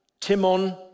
Timon